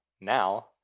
now